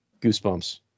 Goosebumps